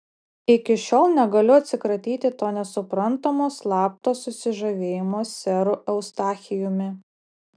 iki šiol negaliu atsikratyti to nesuprantamo slapto susižavėjimo seru eustachijumi